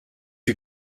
you